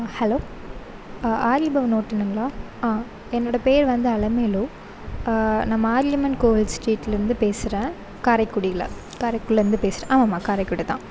hello Aryabhavan ஹோட்டலுங்களா ஆ என்னோடய பேர் வந்து அலமேலு நான் மாரியம்மன் கோயில் ஸ்ட்ரீட்லேருந்து பேசறேன் காரைக்குடியில் காரைக்குடியிலிருந்து பேசுறேன் ஆமா ஆமா காரைக்குடி தான்